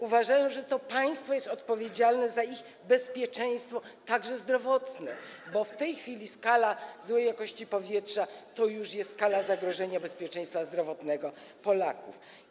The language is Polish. Uważają, że to państwo jest odpowiedzialne za ich bezpieczeństwo, także zdrowotne, bo w tej chwili skala złej jakości powietrza to już jest skala zagrożenia bezpieczeństwa zdrowotnego Polaków.